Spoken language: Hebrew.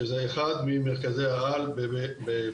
שזה אחד ממרכזי העל בארץ.